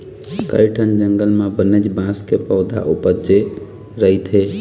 कइठन जंगल म बनेच बांस के पउथा उपजे रहिथे